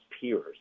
peers